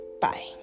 Bye